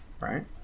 right